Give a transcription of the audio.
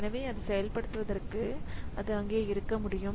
எனவே அது செயல்படுத்துவதற்கு இது அங்கே இருக்க முடியும்